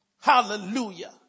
Hallelujah